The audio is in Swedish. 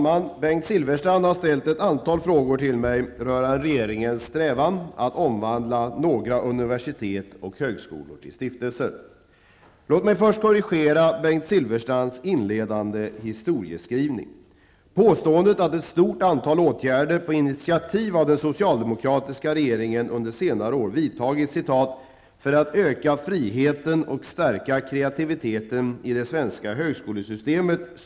I regeringsförklaringen uttrycker regeringen en strävan ''att skapa mer autonoma universitet och högskolor. De principiella och praktiska frågorna vid en omvandling av universitet och högskolor till fristående stiftelser klarläggs snabbt''. På initiativ av den socialdemokratiska regeringen har under senare år ett stort antal åtgärder vidtagits för att öka friheten och stärka kreativiteten i det svenska högskolesystemet.